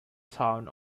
town